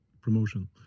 promotion